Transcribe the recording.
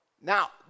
Now